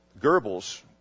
Goebbels